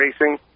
racing